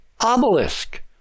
obelisk